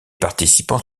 participants